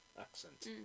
accent